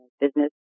business